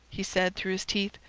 he said, through his teeth.